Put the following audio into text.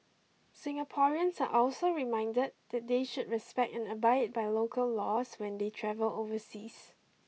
Singaporeans are also reminded that they should respect and abide by the local laws when they travel overseas